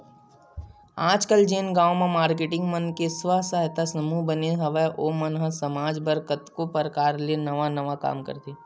आजकल जेन गांव म मारकेटिंग मन के स्व सहायता समूह बने हवय ओ मन ह समाज बर कतको परकार ले नवा नवा काम करथे